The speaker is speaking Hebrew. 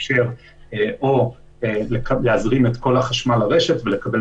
לאפשר או להזרים את כל החשמל לרשת ולקבל